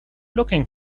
looking